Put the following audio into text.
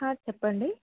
చెప్పండి